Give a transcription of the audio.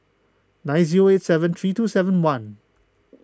nine zero eight seven three two seven one